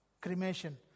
cremation